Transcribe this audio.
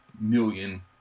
million